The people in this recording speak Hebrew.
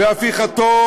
והפיכתו